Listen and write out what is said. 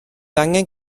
angen